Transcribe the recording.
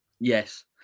Yes